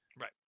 Right